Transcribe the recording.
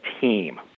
team